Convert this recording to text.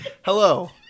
hello